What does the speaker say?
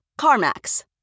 CarMax